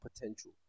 potential